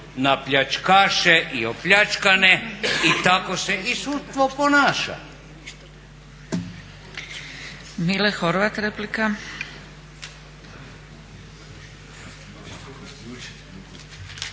na pljačkaše i opljačkane i tako se i sudstvo ponaša.